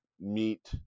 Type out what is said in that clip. meet